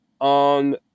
on